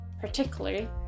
particularly